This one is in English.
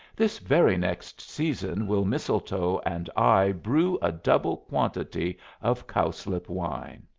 this very next season will mistletoe and i brew a double quantity of cowslip wine.